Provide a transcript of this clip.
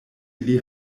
ili